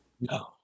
No